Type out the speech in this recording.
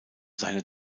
seine